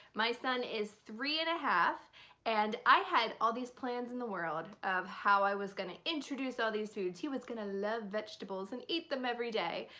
my son is three and a half and i had all these plans in the world of how i was gonna introduce all these foods, he was gonna love vegetables and eat eat them every day.